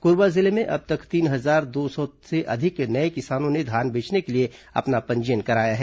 कोरबा जिले में अब तक तीन हजार दो सौ से अधिक नये किसानों ने धान बेचने के लिए अपना पंजीयन कराया है